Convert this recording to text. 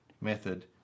method